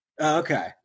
Okay